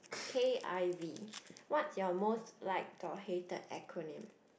k_i_v what's your most like or hated acronym